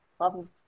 loves